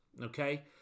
okay